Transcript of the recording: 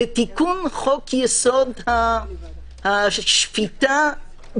לתיקון חוק יסוד: השפיטה,